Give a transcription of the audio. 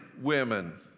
women